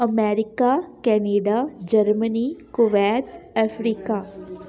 America Canada Germany Kuwait Africa